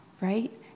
right